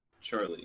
Charlie